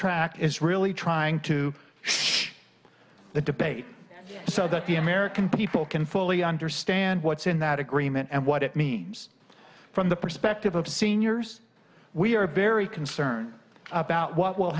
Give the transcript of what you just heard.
track is really trying to shape the debate so that the american people can fully understand what's in that agreement and what it means from the perspective of seniors we are very concerned about what will